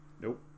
Nope